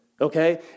Okay